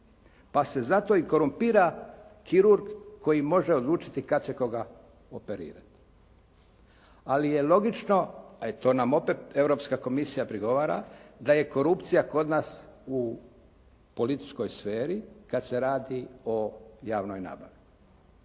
pa se zato i korumpira kirurg koji može odlučiti kad će koga operirati, ali je logično, a i to nam opet Europska komisija prigovara da je korupcija kod nas u političkoj sferi kad se radi o javnoj nabavi.